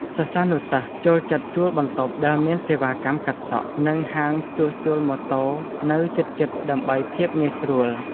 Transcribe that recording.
សិស្សានុសិស្សចូលចិត្តជួលបន្ទប់ដែលមានសេវាកម្មកាត់សក់ និងហាងជួសជុលម៉ូតូនៅជិតៗដើម្បីភាពងាយស្រួល។